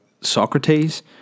Socrates